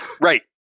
Right